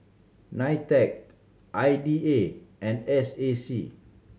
NITEC I D A and S A C